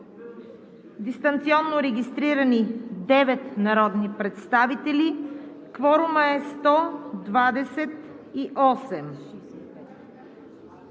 дистанционно регистрирани 9 народни представители – стават 128.